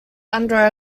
under